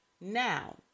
Now